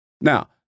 Now